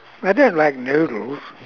I don't like noodles